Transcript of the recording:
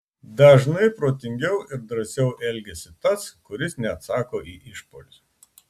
dažnai protingiau ir drąsiau elgiasi tas kuris neatsako į išpuolius